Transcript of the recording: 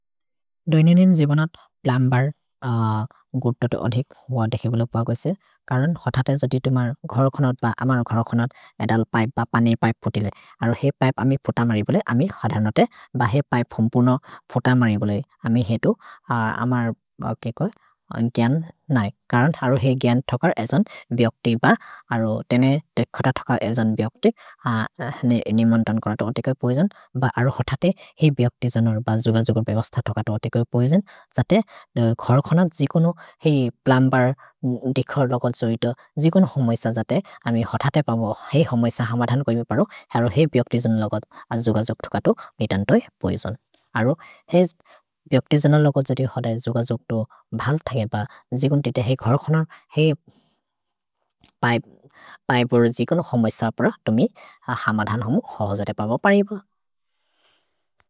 दोइ निनिन् जिबोनत् प्लम्बर् गुर्तो तो अधिक् हुअ देखेबुलो पागोसे। करन् होतते जोदि तु मर् घरखनत् ब अमर् घरखनत् मेतल् पिपे ब पने पिपे फोतिले। अरो हे पिपे अमि फोतमरि बोले अमि होतनते। भ हे पिपे फोम्पुनो फोतमरि बोले अमि हेतु अमर् के कोइ ग्यन् नै। करन् अरो हे ग्यन् थकर् एजन् बियोक्ति ब अरो तेने ते खत थकर् एजन् बियोक्ति। अरो हे बियोक्ति जन लोगो जोदि होत जुग जुक्तो भल् थगे ब जिगुन् ते ते हे घरखनत् हे पिपे ब जुग जुक्तो भल् थगे जुक् हम धनहुम् हजरे पवपरिबु।